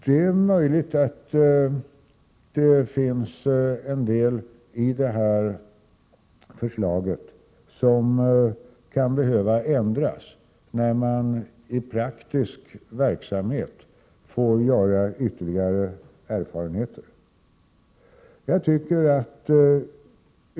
Det är möjligt att några detaljer i förslaget kan behöva ändras, då man i praktisk verksamhet gör ytterligare erfarenheter.